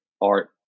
art